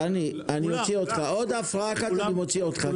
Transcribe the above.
דני, עוד הפרעה אחת אני אוציא אותך.